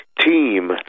team